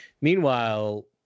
Meanwhile